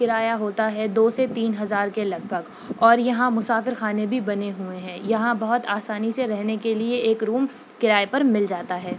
کرایہ ہوتا ہے دو سے تین ہزار کے لگ بھگ اور یہاں مسافرخانے بھی بنے ہوئے ہیں یہاں بہت آسانی سے رہنے کے لیے ایک روم کرائے پر مل جاتا ہے